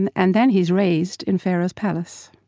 and and then he's raised in pharaoh's palace